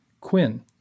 Quinn